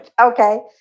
Okay